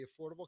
Affordable